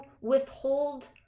withhold